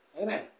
Amen